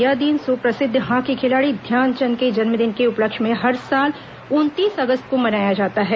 यह दिन सुप्रसिद्व हॉकी खिलाड़ी ध्यान चंद के जन्मदिन के उपलक्ष्य में हर साल उनतीस अगस्त को मनाया जाता है